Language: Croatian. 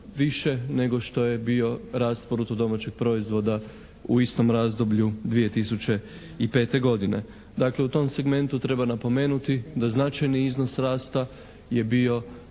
više nego što je bio rast bruto domaćeg proizvoda u istom razdoblju 2005. godine. Dakle, u tom segmentu treba napomenuti da značajni iznos rasta je bio